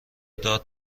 داد